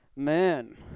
Man